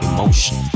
Emotion